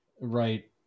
Right